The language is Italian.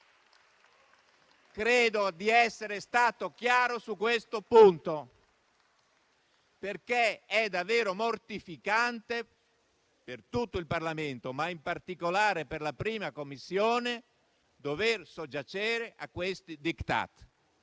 Credo di essere stato chiaro su questo punto, perché è davvero mortificante per tutto il Parlamento, ma in particolare per la 1a Commissione, dover soggiacere a questi *diktat*.